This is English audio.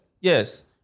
Yes